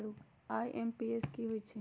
IMPS की होईछइ?